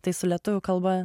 tai su lietuvių kalba